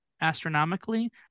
astronomically